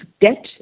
debt